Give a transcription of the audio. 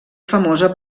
famosa